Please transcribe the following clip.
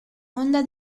onda